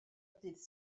dydd